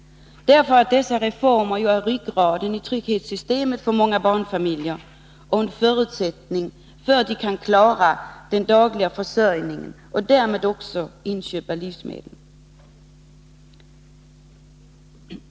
Dessa reformer är ryggraden i trygghetssystemet för många barnfamiljer och en förutsättning för att de skall klara den dagliga försörjningen, inkl. inköp av livsmedel.